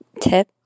tip